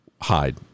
hide